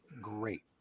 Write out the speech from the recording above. great